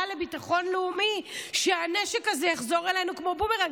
לביטחון לאומי שהנשק הזה יחזור אלינו כמו בומרנג?